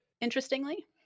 Interestingly